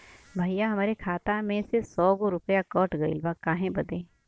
भईया हमरे खाता में से सौ गो रूपया कट गईल बा काहे बदे?